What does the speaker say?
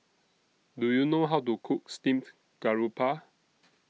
Do YOU know How to Cook Steamed Garoupa